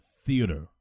Theater